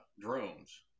drones